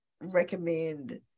recommend